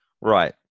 Right